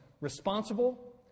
responsible